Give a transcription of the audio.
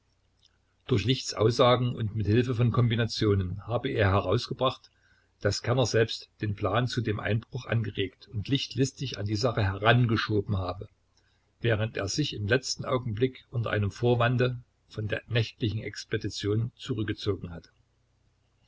durch lichts aussagen und mit hilfe von kombinationen habe er herausgebracht daß kerner selbst den plan zu dem einbruch angeregt und licht listig an die sache herangeschoben habe während er sich im letzten augenblick unter einem vorwande von der nächtlichen expedition zurückgezogen hatte